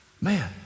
Man